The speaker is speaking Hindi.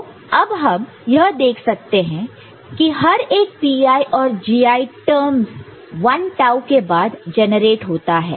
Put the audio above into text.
तो अब हम यह देख सकते हैं हर एक Pi और Gi टर्म्ज़ 1 टाऊ के बाद जेनरेट होता है